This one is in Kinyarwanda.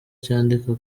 cyandika